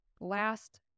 last